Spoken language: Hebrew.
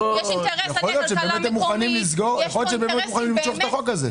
יכול להיות שבאמת הם מוכנים למשוך את החוק הזה.